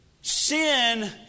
Sin